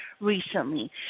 recently